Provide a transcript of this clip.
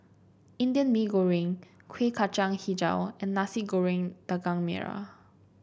Indian Mee Goreng Kuih Kacang hijau and Nasi Goreng Daging Merah